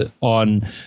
on